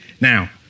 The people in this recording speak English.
Now